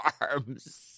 arms